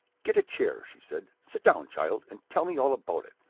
get a chair, she said. sit down, child, and tell me all about it.